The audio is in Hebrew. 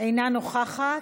אינה נוכחת,